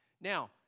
Now